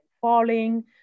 falling